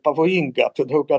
pavojinga todėl kad